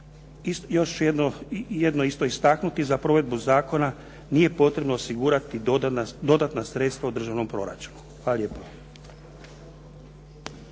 Još ću jedno isto istaknuti. Za provedbu zakona nije potrebno osigurati dodatna sredstva u državnom proračunu. Hvala lijepa.